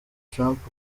trump